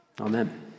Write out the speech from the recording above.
Amen